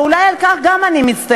ואולי על כך אני גם מצטערת.